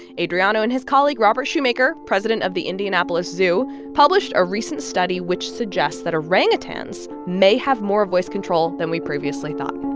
adriano and his colleague robert shumaker, president of the indianapolis zoo, published a recent study which suggests that orangutans may have more voice control than we previously thought